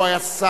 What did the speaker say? הוא היה שר,